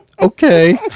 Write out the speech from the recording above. Okay